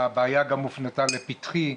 והיות שהבעיה גם הופנתה לפתחי,